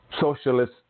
Socialist